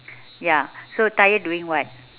ya so tired doing what